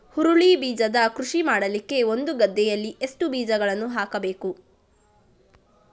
ಹುರುಳಿ ಬೀಜದ ಕೃಷಿ ಮಾಡಲಿಕ್ಕೆ ಒಂದು ಗದ್ದೆಯಲ್ಲಿ ಎಷ್ಟು ಬೀಜಗಳನ್ನು ಹಾಕಬೇಕು?